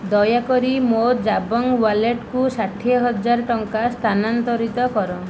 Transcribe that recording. ଦୟାକରି ମୋ ଜାବଙ୍ଗ୍ ୱାଲେଟକୁ ଷାଠିଏ ହଜାର ଟଙ୍କା ସ୍ଥାନାନ୍ତରିତ କର